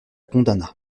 condamna